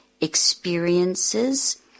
experiences